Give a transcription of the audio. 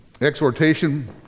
exhortation